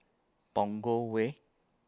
Punggol Way